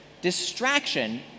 distraction